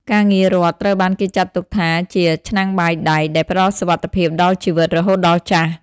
ការងាររដ្ឋត្រូវបានគេចាត់ទុកថាជា "ឆ្នាំងបាយដែក" ដែលផ្តល់សុវត្ថិភាពដល់ជីវិតរហូតដល់ចាស់។